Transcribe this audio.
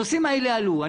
הנושאים האלה עלו.